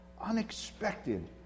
unexpected